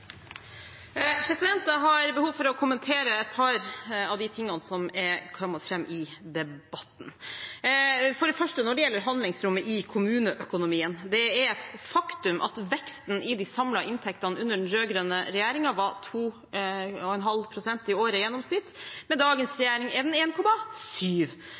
har behov for å kommentere et par av tingene som er kommet fram i debatten. For det første når det gjelder handlingsrommet i kommuneøkonomien: Det er et faktum at veksten i de samlede inntektene under den rød-grønne regjeringen var 2,5 pst. i året i gjennomsnitt. Med dagens